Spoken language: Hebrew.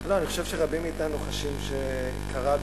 אני חושב שרבים מאתנו חשים שקרה דבר,